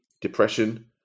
depression